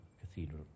Cathedral